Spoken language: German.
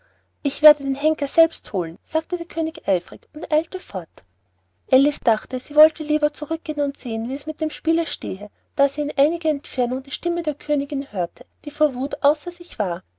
ich werde den henker selbst holen sagte der könig eifrig und eilte fort alice dachte sie wollte lieber zurück gehen und sehen wie es mit dem spiele stehe da sie in der entfernung die stimme der königin hörte die vor wuth außer sich war